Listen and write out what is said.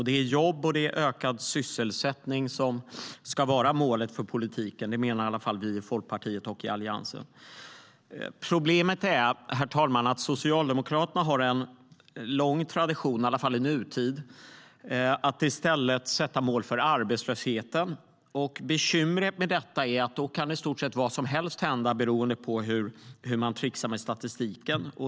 Det är jobb och ökad sysselsättning som ska vara målet för politiken, det menar i alla fall vi i Folkpartiet och Alliansen. Problemet är att Socialdemokraterna har en lång tradition, i alla fall i nutid, att i stället sätta mål för arbetslösheten. Bekymret med det är att det då kan hända i stort sett vad som helst, beroende på hur man tricksar med statistiken.